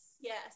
Yes